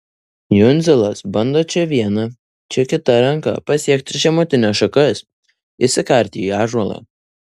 jundzilas bando čia viena čia kita ranka pasiekti žemutines šakas įsikarti į ąžuolą